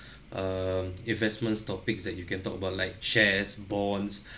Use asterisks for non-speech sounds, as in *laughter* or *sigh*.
*breath* um investments topic that you can talk about like shares bonds *breath*